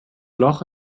loch